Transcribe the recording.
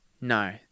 no